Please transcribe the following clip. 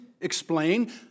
explain